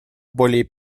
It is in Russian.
более